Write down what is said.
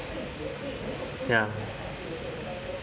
ya